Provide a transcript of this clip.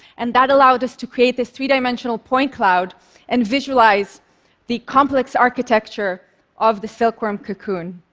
and that allowed us to create this three dimensional point cloud and visualize the complex architecture of the silkworm cocoon.